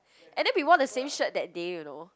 and then we wore the same shirt that day you know